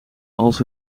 als